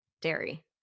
dairy